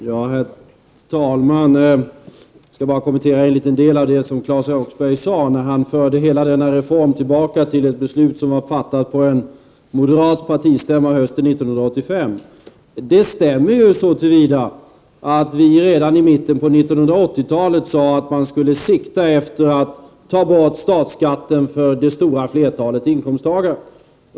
Herr talman! Jag skall bara kommentera en liten del av det som Claes Roxbergh sade när han förde hela denna reform tillbaka till ett beslut som fattades på en moderat partistämma hösten 1985. Det stämmer så till vida att vi redan i mitten av 1980-talet sade att man skulle sikta mot att ta bort statsskatten för det stora flertalet inkomsttagare.